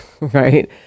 right